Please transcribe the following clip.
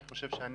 אני חושב שהנגב,